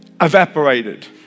evaporated